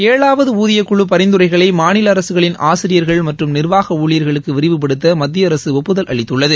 ஏழாவது ஊதியக்குழு பரிந்துரைகளை மாநில அரசுகளின் ஆசிரியர்கள் மற்றும் நிர்வாக ஊழியர்களுக்கு விரிவுபடுத்த மத்திய அரசு ஒப்புதல் அளித்துள்ளது